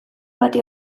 bati